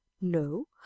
No